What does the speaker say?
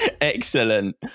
excellent